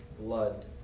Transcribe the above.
blood